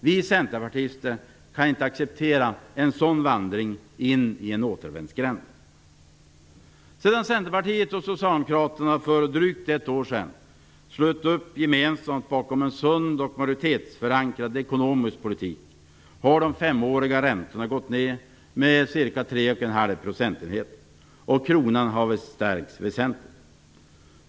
Vi centerpartister kan inte acceptera en sådan vandring in i en återvändsgränd. Sedan Centerpartiet och socialdemokraterna gemensamt fullt ut för ett år sedan slöt upp bakom en sund och majoritetsförankrad ekonomisk politik har de femåriga räntorna gått ned med ca 3,5 procentenheter och kronan har stärkts väsentligt.